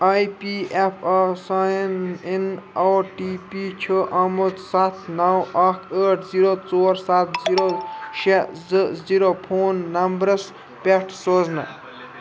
I P F O sign in O T P چھُ آمُت سَتھ نَو اَکھ ٲٹھ زیٖرو ژور سَتھ زیٖرو شےٚ زٕ زیٖرو فون نمبرَس پٮ۪ٹھ سوزنہٕ